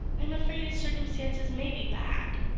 i am afraid his circumstances may be bad.